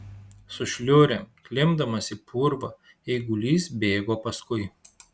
su šliurėm klimpdamas į purvą eigulys bėgo paskui